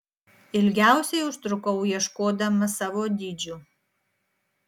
ilgiausiai užtrukau ieškodama savo dydžių